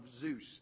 Zeus